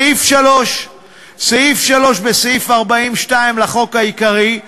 סעיף 3. סעיף 3 בסעיף 40(2) לחוק העיקרי,